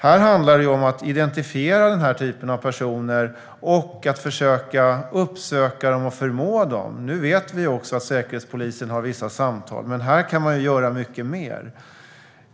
Här handlar det om att identifiera denna typ av personer och att försöka uppsöka dem och förmå dem att ändra sig. Nu vet vi att säkerhetspolisen har vissa samtal, men här kan man göra mycket mer.